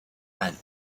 and